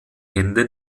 hände